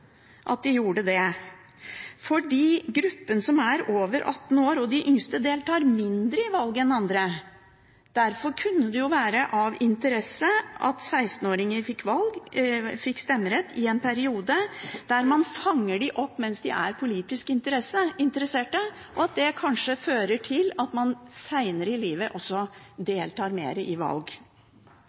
at de gjorde det, for gruppen som er over 18 år, og de yngste, deltar mindre i valg enn andre,. Derfor kunne det være av interesse at 16-åringer fikk stemmerett og man fanger dem opp i en periode da de er politisk interessert, som kanskje fører til at man senere i livet også deltar mer i valg.